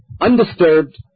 undisturbed